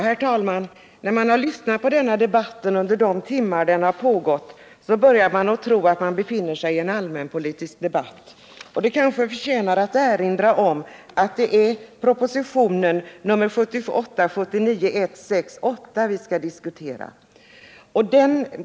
Herr talman! När man har lyssnat till denna debatt under de timmar den har pågått, börjar man tro att man befinner sig i en allmänpolitisk debatt. Det kanske förtjänar att erinra om att det är propositionen 1978/79:168 vi skall diskutera.